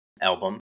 album